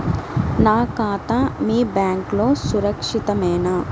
నా ఖాతా మీ బ్యాంక్లో సురక్షితమేనా?